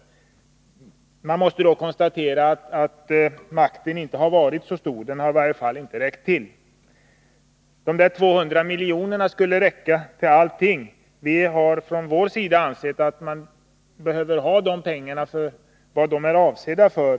Till detta är bara att säga att makten tydligen inte har räckt till. De 200 miljonerna räknar man med skall räcka till allting. Vi anser att dessa medel skall användas till det de är avsedda för.